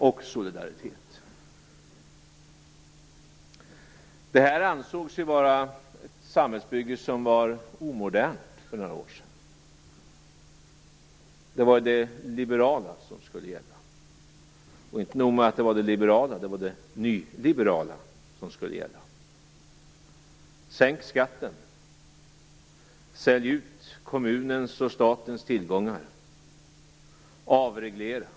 Det ansågs för några år sedan vara ett samhällsbygge som var omodernt. Det var det liberala som skulle gälla, och inte nog med det. Det var det nyliberala som skulle gälla. Sänk skatten. Sälj ut kommunernas och statens tillgångar. Avreglera.